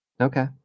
Okay